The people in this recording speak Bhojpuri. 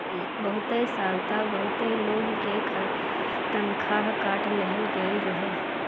पिछला साल तअ बहुते लोग के तनखा काट लेहल गईल रहे